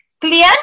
Clear